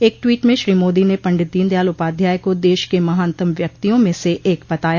एक ट्वीट में श्री मोदी ने पंडित दीनदयाल उपाध्याय को देश के महानतम व्यक्तियों में से एक बताया